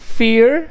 fear